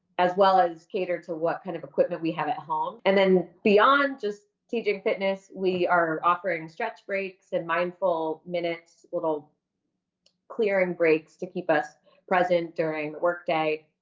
as well as catered to what kind of equipment we have at home and then beyond just teaching fitness, we are offering stretch breaks and mindful minutes, little clearing breaks to keep us present during the workday,